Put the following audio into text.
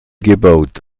gebaut